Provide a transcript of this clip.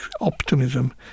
optimism